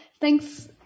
Thanks